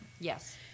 yes